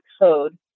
code